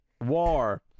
war